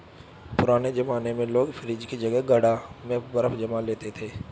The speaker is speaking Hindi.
पुराने जमाने में लोग फ्रिज की जगह घड़ा में बर्फ जमा लेते थे